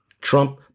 Trump